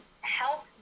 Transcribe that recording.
help